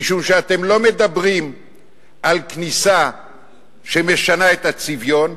משום שאתם לא מדברים על כניסה שמשנה את הצביון,